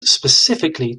specifically